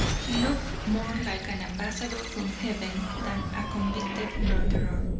he looked more like an ambassador from heaven than a convicted murderer.